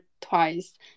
twice